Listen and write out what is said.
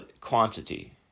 quantity